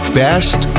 best